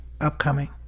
upcoming